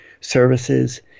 services